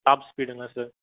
tops ஸ்பீடுங்களா sir